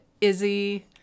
Izzy